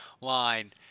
line